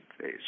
phase